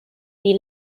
die